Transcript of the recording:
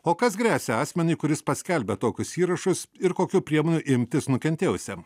o kas gresia asmeniui kuris paskelbė tokius įrašus ir kokių priemonių imtis nukentėjusiam